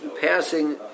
passing